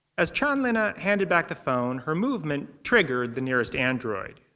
as chanlina handed back the phone, her movement triggered the nearest android,